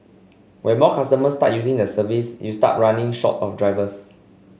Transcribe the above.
when more customers start using the service you start running short of drivers